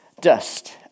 dust